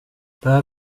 pas